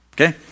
okay